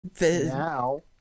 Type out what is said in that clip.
Now